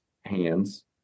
hands